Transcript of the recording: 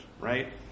right